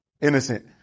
innocent